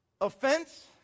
offense